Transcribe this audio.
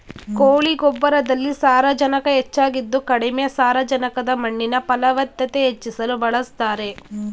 ಕೋಳಿ ಗೊಬ್ಬರದಲ್ಲಿ ಸಾರಜನಕ ಹೆಚ್ಚಾಗಿದ್ದು ಕಡಿಮೆ ಸಾರಜನಕದ ಮಣ್ಣಿನ ಫಲವತ್ತತೆ ಹೆಚ್ಚಿಸಲು ಬಳಸ್ತಾರೆ